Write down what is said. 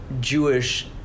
Jewish